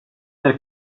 del